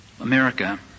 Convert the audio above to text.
America